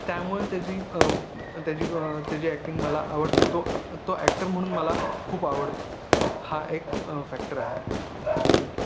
त्यामुळे त्याची त्याचीब त्याची अॅक्टिंग मला आवडते तो तो अॅक्टर म्हणून मला खूप आवडतो हा एक फॅक्टर आहे थँक्यू